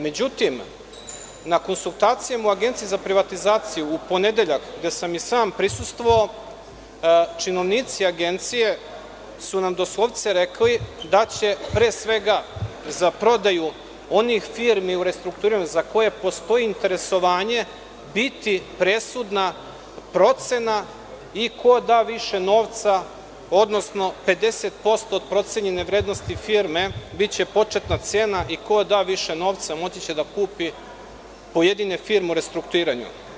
Međutim, na konsultacijama u Agenciji za privatizaciju u ponedeljak, gde sam i sam prisustvovao, činovnici Agencije su nam doslovce rekli da će pre svega za prodaju onih firmi u restrukturiranju za koje postoji interesovanje biti presudna procena i ko da više novca, odnosno 50% od procenjene vrednosti firme biće početna cena i ko da više novca, moći će da kupi pojedine firme u restrukturiranju.